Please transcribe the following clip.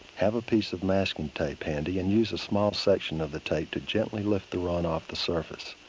have a piece of masking tape handy, and use a small section of the tape to gently lift the run off the surface.